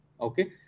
Okay